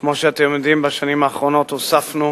כמו שאתם יודעים, בשנים האחרונות הוספנו